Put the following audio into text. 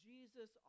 Jesus